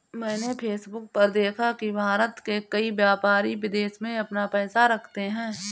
मैंने फेसबुक पर देखा की भारत के कई व्यापारी विदेश में अपना पैसा रखते हैं